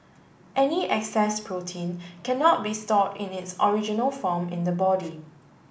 any excess protein cannot be stored in its original form in the body